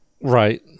Right